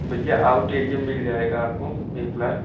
भैया out area में जाएगा आपको एक प्लाट